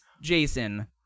Jason